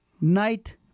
night